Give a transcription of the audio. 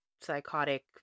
psychotic